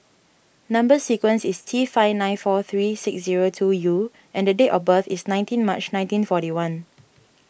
Number Sequence is T five nine four three six zero two U and date of birth is nineteen March nineteen forty one